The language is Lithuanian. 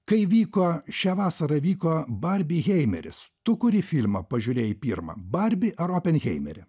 kai vyko šią vasarą vyko barbi heimeris tu kuri filmą pažiūrėjai pirmą barbi ar openheimerį